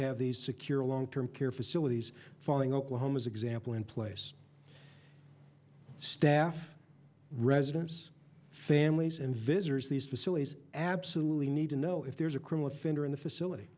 have these secure long term care facilities following oklahoma's example in place staff residents families and visitors these facilities absolutely need to know if there's a cruel offender in the facility